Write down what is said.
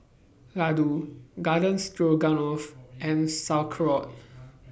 Ladoo Garden Stroganoff and Sauerkraut